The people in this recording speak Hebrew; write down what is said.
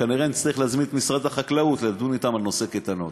כנראה נצטרך להזמין את משרד החקלאות ולדון אתם על נושא הקייטנות.